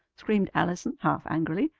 screamed allison half angrily.